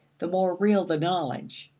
the more real the knowledge.